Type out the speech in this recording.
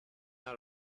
out